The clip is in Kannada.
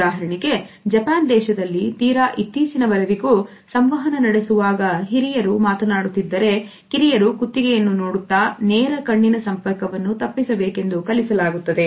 ಉದಾಹರಣೆಗೆ ಜಪಾನ್ ದೇಶದಲ್ಲಿ ತೀರ ಇತ್ತೀಚಿನವರೆಗೂ ಸಂವಹನ ನಡೆಸುವಾಗ ಹಿರಿಯರು ಮಾತನಾಡುತ್ತಿದ್ದರೆ ಕಿರಿಯರು ಕುತ್ತಿಗೆಯನ್ನು ನೋಡುತ್ತಾ ನೇರ ಕಣ್ಣಿನ ಸಂಪರ್ಕವನ್ನು ತಪ್ಪಿಸಬೇಕೆಂದು ಕಲಿಸಲಾಗುತ್ತದೆ